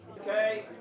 Okay